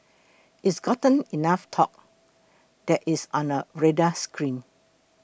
it's gotten enough talk that it's on our radar screen